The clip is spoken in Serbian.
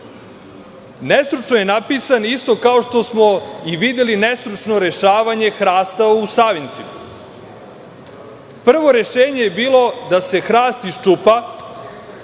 Nestručno je napisan isto kao što smo i videli nestručno rešavanje hrasta u Savincima. Prvo rešenje je bilo da se hrast iščupa,